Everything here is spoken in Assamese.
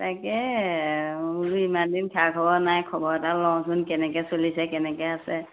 তাকে বোলো ইমান দিন খা খাবৰ নাই খবৰ এটা লওঁচোন কেনেকে চলিছে কেনেকে আছে